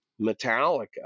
Metallica